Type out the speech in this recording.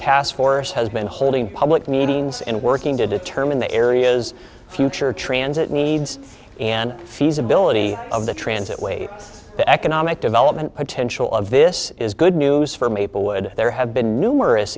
task force has been holding public meetings and working to determine the areas future transit needs and feasibility of the transit way the economic development potential of this is good news for maplewood there have been numerous